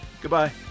Goodbye